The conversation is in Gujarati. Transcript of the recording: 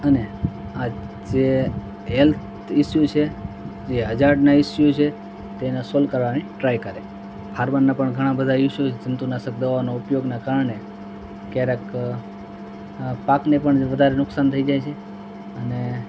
અને આજે હેલ્થ ઇશ્યૂ છે જે હજાર્ડના ઇશ્યૂ છે તેને સોલ કરવાની ટ્રાય કરે ફાર્મરના પણ ઘણા બધા ઇશ્યૂ જંતુનાશક દવાનો ઉપયોગના કારણે ક્યારેક પાકને પણ વધારે નુકસાન થઈ જાય છે અને